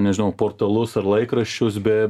nežinau portalus ar laikraščius be